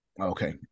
Okay